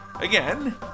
again